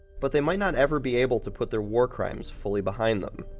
but they might not ever be able to put their war crimes fully behind them.